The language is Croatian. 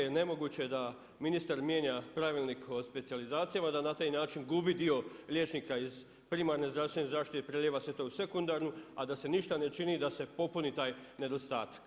Jer nemoguće je da ministar mijenja Pravilnik o specijalizacijama, da na taj način gubi dio liječnika iz primarne zdravstvene zaštite i prelijeva se to u sekundarnu, a da se ništa ne čini, da se popuni taj nedostatak.